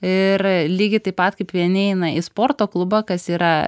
ir lygiai taip pat kaip vieni eina į sporto klubą kas yra